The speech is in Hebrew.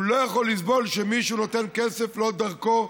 הוא לא יכול לסבול שמישהו נותן כסף לא דרכו,